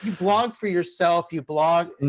blog for yourself, you blog. and